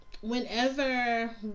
Whenever